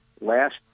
Last